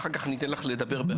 אחר כך אני אתן לך לדבר בהרחבה.